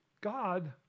God